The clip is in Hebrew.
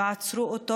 ועצרו אותו,